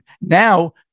Now